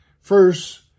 first